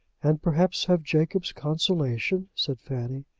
and perhaps have jacob's consolation, said fanny.